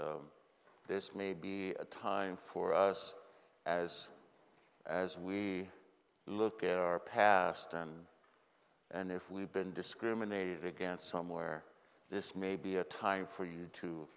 this may be a time for us as as we look at our past and and if we've been discriminated against somewhere this may be a time for you to